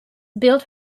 built